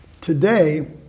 Today